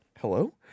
Hello